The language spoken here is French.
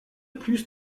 plus